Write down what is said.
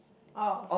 oh